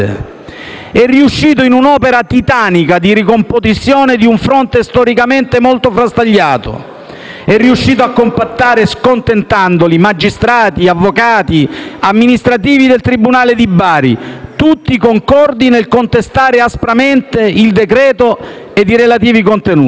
È riuscito in un'opera titanica di ricomposizione di un fronte storicamente molto frastagliato. È riuscito a compattare, scontentandoli, magistrati, avvocati, amministrativi del tribunale di Bari: tutti concordi nel contestare aspramente il decreto-legge ed i relativi contenuti.